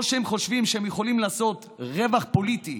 או כשהם חושבים שהם יכולים לעשות רווח פוליטי,